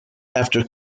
after